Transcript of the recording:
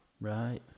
Right